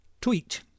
Tweet